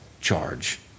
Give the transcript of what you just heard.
charge